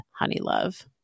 Honeylove